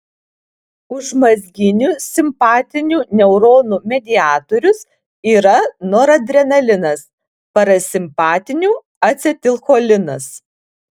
užmazginių simpatinių neuronų mediatorius yra noradrenalinas parasimpatinių acetilcholinas